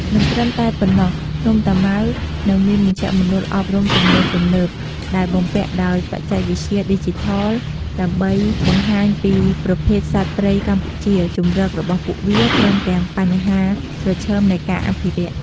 មិនត្រឹមតែប៉ុណ្ណោះ ភ្នំតាម៉ៅនឹងមានមជ្ឈមណ្ឌលអប់រំទំនើបៗ ដែលបំពាក់ដោយបច្ចេកវិទ្យាឌីជីថល ដើម្បីបង្ហាញពីប្រភេទសត្វព្រៃកម្ពុជា ជម្រករបស់ពួកវា ព្រមទាំងបញ្ហាប្រឈមនៃការអភិរក្ស។